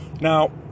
Now